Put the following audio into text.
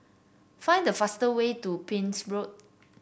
find the fastest way to Pepys Road